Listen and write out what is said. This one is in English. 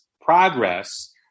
progress